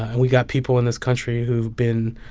and we got people in this country who've been